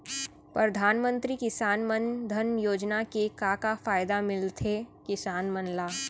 परधानमंतरी किसान मन धन योजना के का का फायदा मिलथे किसान मन ला?